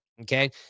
okay